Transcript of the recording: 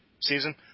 season